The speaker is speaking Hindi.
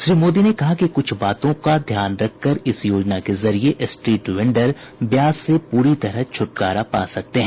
श्री मोदी ने कहा कि कुछ बातों का ध्यान रखकर इस योजना के जरिए स्ट्रीट वेंडर ब्याज से पूरी तरह छूटकारा पा सकते हैं